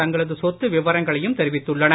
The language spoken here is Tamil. தங்களது சொத்து விவரங்களையும் தெரிவித்துள்ளனர்